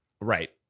right